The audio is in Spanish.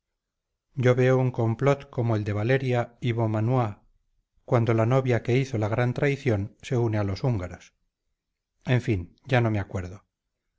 yo veo un complot como el de valeria y beaumanoir cuando la novia que izo la gran traición se une a los úngaros en fin ya no me acuerdo